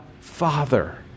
Father